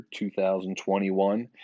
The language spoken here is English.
2021